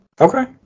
Okay